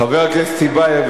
חבר הכנסת טיבייב,